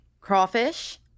Crawfish